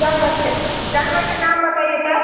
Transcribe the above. जानवर के जानवर के नाम बताइए तो